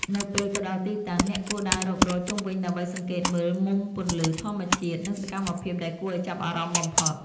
នៅពេលទៅដល់ទីតាំង អ្នកគួរដើររុករកជុំវិញដើម្បីសង្កេតមើលមុំពន្លឺធម្មជាតិ និងសកម្មភាពដែលគួរឱ្យចាប់អារម្មណ៍បំផុត។